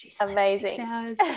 Amazing